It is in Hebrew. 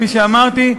כפי שאמרתי,